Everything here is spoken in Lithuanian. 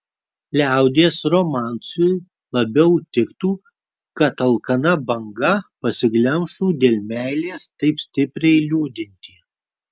liaudies romansui labiau tiktų kad alkana banga pasiglemžtų dėl meilės taip stipriai liūdintį